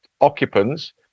occupants